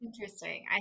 Interesting